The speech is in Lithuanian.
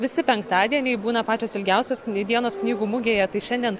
visi penktadieniai būna pačios ilgiausios dienos knygų mugėje tai šiandien